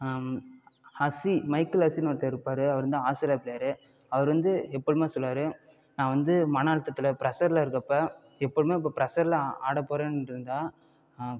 Hussey Michael ஹஸ்ஸின்னு ஒருத்தர் இருப்பார் அவர் வந்து ஆஸ்திரேலியா பிளேயரு அவர் வந்து எப்பொழுதுமே சொல்லுவார் நான் வந்து மன அழுத்தத்தில் ப்ரெஸ்ஸரில் இருக்கப்போ எப்பொழுதுமே இப்போ ப்ரெஸ்ஸரில் ஆடப்போறேன்ட்ருந்தால்